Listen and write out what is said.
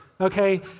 Okay